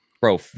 Bro